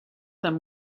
them